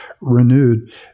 renewed